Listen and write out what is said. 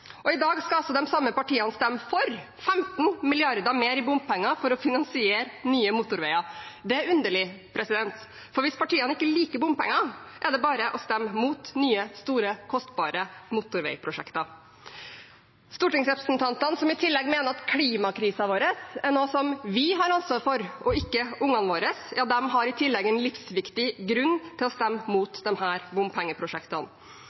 mobilitet. I dag skal de samme partiene stemme for 15 mrd. kr mer i bompenger for å finansiere nye motorveier. Det er underlig. Hvis partiene ikke liker bompenger, er det bare å stemme mot nye store, kostbare motorveiprosjekter. Stortingsrepresentantene, som i tillegg mener at klimakrisen vår er noe som vi har ansvar for og ikke ungene våre, har i tillegg en livsviktig grunn til å stemme